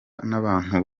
n’abantu